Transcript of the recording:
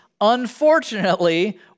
unfortunately